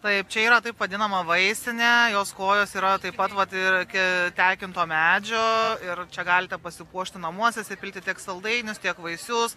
taip čia yra taip vadinama vaisinė jos kojos yra taip pat vat ir tekinto medžio ir čia galite pasipuošti namuose įsipilti tiek saldainius tiek vaisius